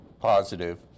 positive